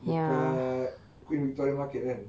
dekat queen victoria market kan